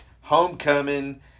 homecoming